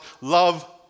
love